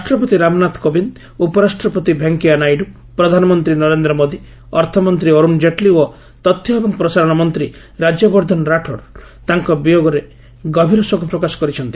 ରାଷ୍ଟ୍ରପତି ରାମନାଥ କୋବିନ୍ଦ ଉପରାଷ୍ଟ୍ରପତି ଭେଙ୍କେୟା ନାଇଡୁ ପ୍ରଧାନମନ୍ତ୍ରୀ ନରେନ୍ଦ୍ର ମୋଦି ଅର୍ଥମନ୍ତ୍ରୀ ଅର୍ଣ ଜେଟଲୀ ଓ ତଥ୍ୟ ଏବଂ ପ୍ରସାରଣ ମନ୍ତ୍ରୀ ରାଜ୍ୟବର୍ଦ୍ଧନ ରାଠୋଡ୍ ତାଙ୍କର ବିୟୋଗରେ ଗଭୀର ଶୋକପ୍ରକାଶ କରିଛନ୍ତି